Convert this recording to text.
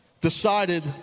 decided